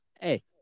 Hey